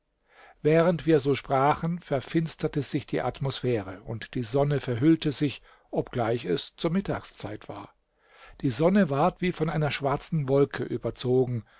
während wir so sprachen verfinsterte sich die atmosphäre und die sonne verhüllte sich obgleich es zur mittagszeit war die sonne ward wie von einer schwarzen wolke überzogen